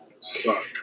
Suck